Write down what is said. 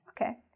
Okay